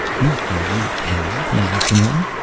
nick, are you there? may i come in?